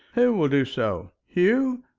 who will do so? hugh?